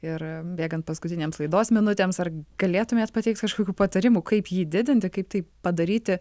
ir bėgant paskutinėms laidos minutėms ar galėtumėt pateikti kažkokių patarimų kaip jį didinti kaip tai padaryti